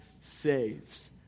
saves